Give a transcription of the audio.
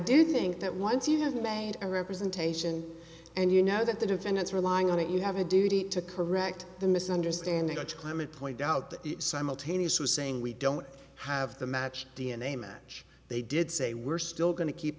do think that once you have made a representation and you know that the defendant's relying on it you have a duty to correct the misunderstanding of climate point out simultaneous was saying we don't have the match d n a match they did say we're still going to keep